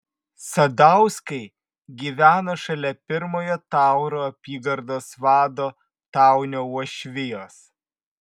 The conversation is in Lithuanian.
sadauskai gyveno šalia pirmojo tauro apygardos vado taunio uošvijos